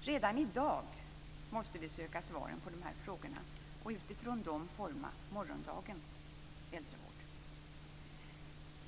Redan i dag måste vi söka svaren på de här frågorna och utifrån dem forma morgondagens äldrevård. Fru talman!